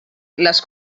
les